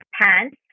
pants